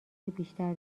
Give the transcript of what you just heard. بیشتر